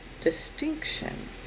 distinction